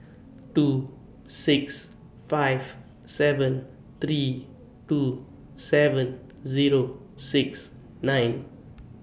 two six five seven three two seven Zero six nine